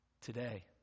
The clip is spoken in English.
Today